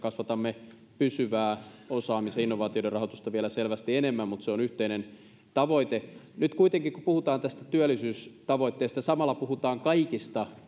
kasvatamme pysyvää osaamisen ja innovaatioiden rahoitusta vielä selvästi enemmän mutta se on yhteinen tavoite nyt kuitenkin kun puhutaan tästä työllisyystavoitteesta samalla puhutaan kaikista